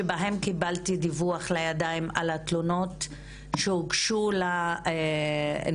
שבהן קיבלתי דיווח לידיים על התלונות שהוגשו לנציבות